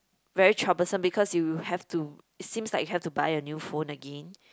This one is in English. very troublesome because you have to it seems like you have to buy a new phone again